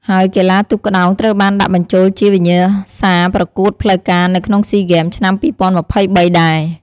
ហើយកីឡាទូកក្ដោងត្រូវបានដាក់បញ្ចូលជាវិញ្ញាសាប្រកួតផ្លូវការនៅក្នុងស៊ីហ្គេមឆ្នាំ២០២៣ដែរ។